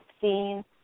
seen